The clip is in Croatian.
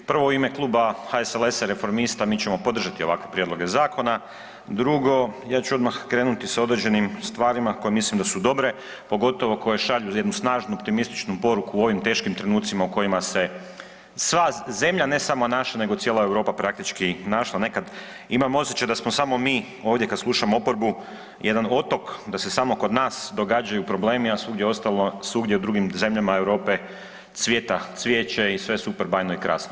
Prvo u ime Kluba HSLS-a i reformista, mi ćemo podržati ovakve prijedloge zakona, drugo, ja ću odmah krenuti sa određenim stvarima koje mislim da su dobre, pogotovo koje šalju jednu snažnu, optimističnu poruku u ovim teškim trenucima o kojima se sva zemlja, ne samo naša nego cijela Europa praktički našla, nekad imam osjećaj da smo samo mi ovdje, kada slušamo oporbu jedan otok, da se samo kod nas događaju problemi, a svugdje ostalo, svugdje u drugim zemljama Europe cvjeta cvijeće i sve je super, bajno i krasno.